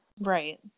right